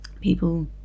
people